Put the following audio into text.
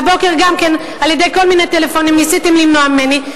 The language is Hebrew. והבוקר גם כן על-ידי כל מיני טלפונים ניסיתם למנוע ממני.